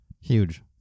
Huge